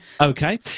Okay